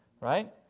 right